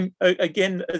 again